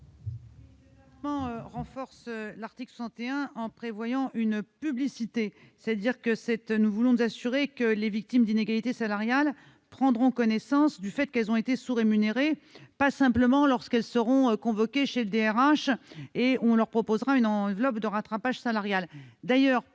vise à renforcer l'article 61 en prévoyant une publicité. Nous voulons en effet nous assurer que les victimes d'inégalités salariales ne prendront pas seulement connaissance du fait qu'elles ont été sous-rémunérées lorsqu'elles seront convoquées chez le DRH et qu'on leur proposera une enveloppe de rattrapage salarial.